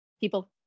People